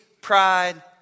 pride